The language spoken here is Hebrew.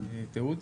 התיעוד.